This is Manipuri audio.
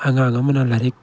ꯑꯉꯥꯡ ꯑꯃꯅ ꯂꯥꯏꯔꯤꯛ